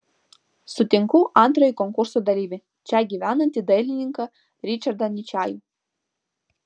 sutinku antrąjį konkurso dalyvį čia gyvenantį dailininką ričardą ničajų